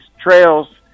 trails